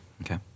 Okay